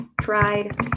tried